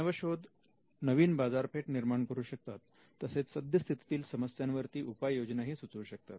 नवशोध नवीन बाजारपेठ निर्माण करू शकतात तसेच सद्यस्थितीतील समस्यांवरती उपाययोजनाही सुचवू शकतात